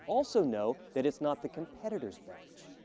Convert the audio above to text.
also know that it's not the competitors beverage.